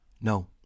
No